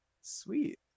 sweet